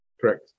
Correct